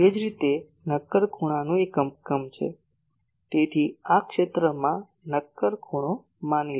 તે જ રીતે નક્કર ખૂણાનું એકમ છે તેથી આ ક્ષેત્રમાં નક્કર ખૂણો માની લો